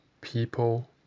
People